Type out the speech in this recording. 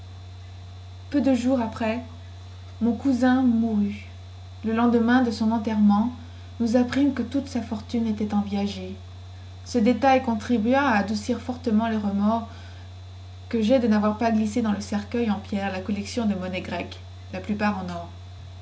peu de jours après mon cousin mourut le lendemain de son enterrement nous apprîmes que toute sa fortune était en viager ce détail contribua à adoucir fortement les remords que jai de navoir pas glissé dans le cercueil en pierre la collection de monnaies grecques